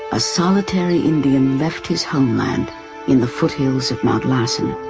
a solitary indian left his homeland foothills of mount larsen